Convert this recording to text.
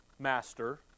Master